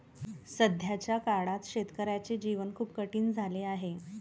सध्याच्या काळात शेतकऱ्याचे जीवन खूप कठीण झाले आहे